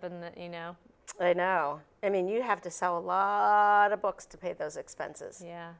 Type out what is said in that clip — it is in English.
that you know i know i mean you have to sell a lot of books to pay those expenses yeah